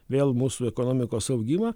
vėl mūsų ekonomikos augimą